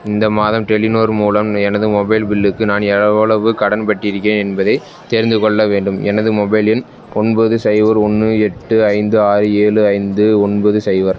இந்த மாதம் டெலிநோர் மூலம் எனது மொபைல் பில்லுக்கு நான் எவ்வளவு கடன் பட்டிருக்கிறேன் என்பதைத் தெரிந்துக்கொள்ள வேண்டும் எனது மொபைல் எண் ஒன்பது சைபர் ஒன்று எட்டு ஐந்து ஆறு ஏழு ஐந்து ஒன்பது சைபர்